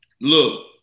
look